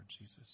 Jesus